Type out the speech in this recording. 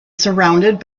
surrounded